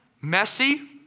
messy